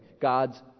God's